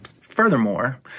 Furthermore